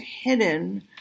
hidden